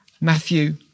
Matthew